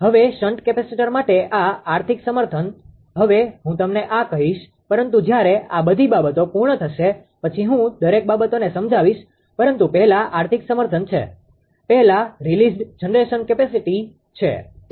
હવે shunt capacitor માટે આ આર્થિક સમર્થન હવે હું તમને આ કહીશ પરંતુ જ્યારે આ બધી બાબતો પૂર્ણ થશે પછી હું દરેક બાબતોને સમજાવીશ પરંતુ પહેલા આર્થિક સમર્થન છે પહેલા released generation capacity generation capacity મુક્ત થતી ઉત્પાદન ક્ષમતા છે